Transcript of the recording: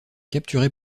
capturé